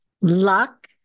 luck